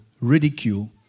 ridicule